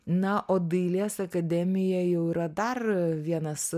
na o dailės akademija jau yra dar vienas